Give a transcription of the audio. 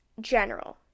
general